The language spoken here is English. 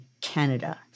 Canada